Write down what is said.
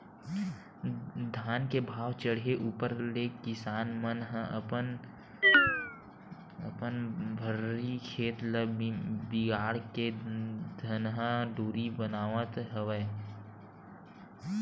धान के भाव चड़हे ऊपर ले किसान मन ह अपन भर्री खेत ल बिगाड़ के धनहा डोली बनावत हवय